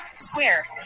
square